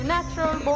Natural